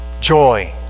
joy